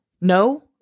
No